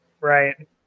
Right